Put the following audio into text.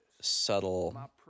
subtle